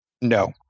No